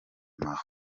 mambo